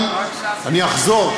אני אחזור,